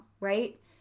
right